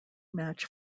match